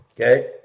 okay